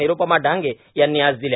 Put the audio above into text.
निरूपमा डांगे यांनी आज दिल्या